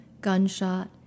gunshot